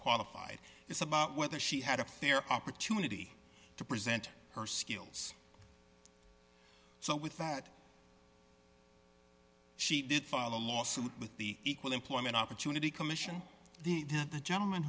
qualified it's about whether she had a fair opportunity to present her skills so with that she did file a lawsuit with the equal employment opportunity commission the the gentleman